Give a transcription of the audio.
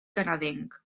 canadenc